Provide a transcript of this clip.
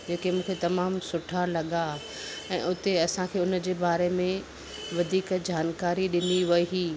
जेके मूंखे तमाम सुठा लॻा ऐं उते असां खे उन जे बारे में वधीक जानकारी ॾिनी वई